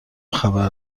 خبر